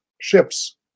ships